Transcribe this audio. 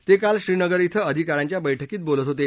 ते काल श्रीनगर इथं अधिकाऱ्यांच्या बैठकीत बोलत होते